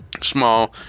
small